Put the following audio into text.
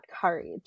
courage